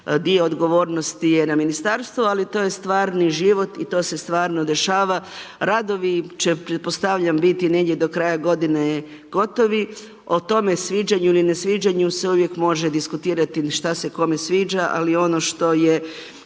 dio odgovornosti je na ministarstvu ali to je stvarni život i to se stvarno dešava. Radovi će pretpostavljam biti negdje do kraja godine gotovi, o tome sviđanju ili nesviđanju se uvijek može diskutirati šta se kome sviđa ali ono što je